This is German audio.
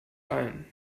ein